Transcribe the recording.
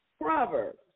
Proverbs